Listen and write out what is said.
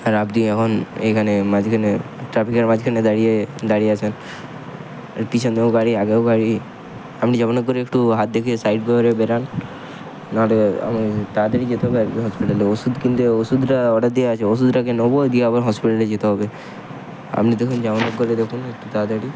আর আপনি এখন এইখানে মাঝখানে ট্রাফিকের মাঝখানে দাঁড়িয়ে দাঁড়িয়ে আছেন আর পিছন দিকেও গাড়ি আগেও গাড়ি আপনি যেমন হোক করে একটু হাত দেখিয়ে সাইড করে বেরান না ঠিক আছে আমাকে তাড়াতাড়ি যেতে হবে আর কী হসপিটালে ওষুধ কিনতে হবে ওষুধটা অর্ডার দেওয়া আছে ওষুদটাকে নোবো দিয়ে আবার হসপিটালে যেতে হবে আপনি দেখুন যেমন হোক করে যাতে দেখুন একটু তাড়াতাড়ি